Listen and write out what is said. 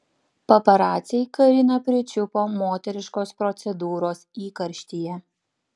paparaciai kariną pričiupo moteriškos procedūros įkarštyje